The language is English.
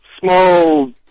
small